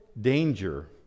danger